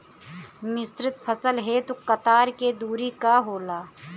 मिश्रित फसल हेतु कतार के दूरी का होला?